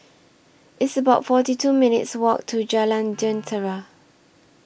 It's about forty two minutes' Walk to Jalan Jentera